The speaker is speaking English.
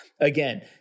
Again